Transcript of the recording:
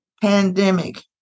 pandemic